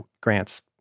grants